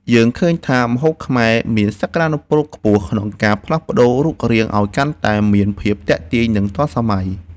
យើងឃើញថាម្ហូបខ្មែរមានសក្តានុពលខ្ពស់ក្នុងការផ្លាស់ប្តូររូបរាងឱ្យកាន់តែមានភាពទាក់ទាញនិងទាន់សម័យ។